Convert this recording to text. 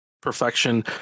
perfection